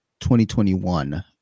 2021